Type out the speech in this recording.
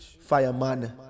fireman